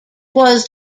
was